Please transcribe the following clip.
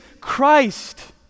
Christ